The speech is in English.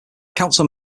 council